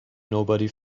nobody